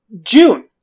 June